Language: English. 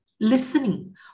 Listening